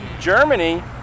Germany